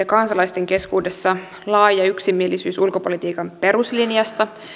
kansalaisten keskuudessa laaja yksimielisyys ulkopolitiikan peruslinjasta